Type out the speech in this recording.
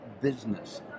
business